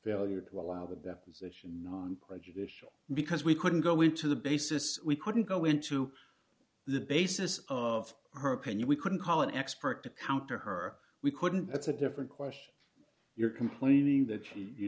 failure to allow the deposition non prejudicial because we couldn't go into the basis we couldn't go into the basis of her opinion we couldn't call an expert to counter her we couldn't that's a different question you're complaining that